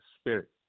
spirit